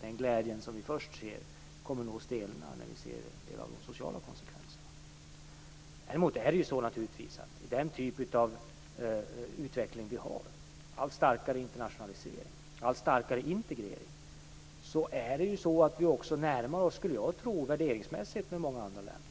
Den glädje som vi först ser stelnar nog så att säga när vi ser en del av de sociala konsekvenserna. I den typ av utveckling som vi har, med en allt starkare internationalisering och en allt starkare integrering, skulle jag tro att vi värderingsmässigt närmar oss många andra länder.